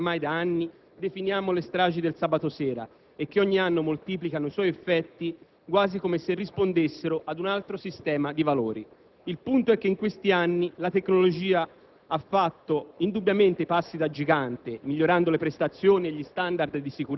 obiettivi sembrano infrangersi e risultano come impotenti di fronte a quelle che ormai da anni definiamo "le stragi del sabato sera" e che ogni anno moltiplicano i propri effetti quasi come se rispondessero ad un altro sistema di valori. Il punto è che in questi anni la tecnologia